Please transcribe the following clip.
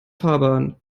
fahrbahn